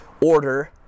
order